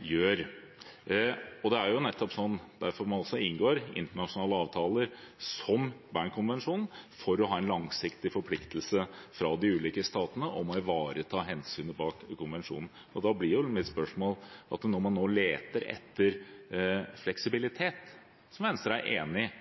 for å ha en langsiktig forpliktelse fra de ulike statene til å ivareta hensynet bak konvensjonen. Da blir mitt spørsmål: Når man nå leter etter fleksibilitet, noe Venstre er enig i,